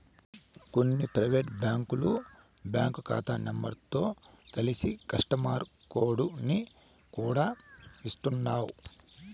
కొన్ని పైవేటు బ్యాంకులు బ్యాంకు కాతా నెంబరుతో కలిసి కస్టమరు కోడుని కూడా ఇస్తుండాయ్